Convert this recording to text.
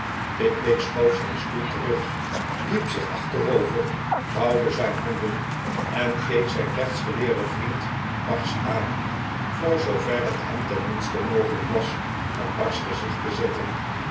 pickwick schoof zijn stoel terug wierp zich achterover voiiwde zijn handen en keek zijn rechtsgeleerden vriend barseh aan voor zoover net hem tenminste mogelijk was een barseh gezicht te zetten